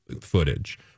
footage